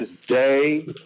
today